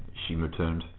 she returned.